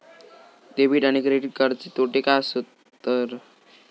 Debit आणि credit कार्डचे तोटे काय आसत तर?